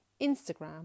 Instagram